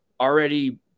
already